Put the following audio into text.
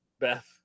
beth